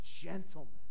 Gentleness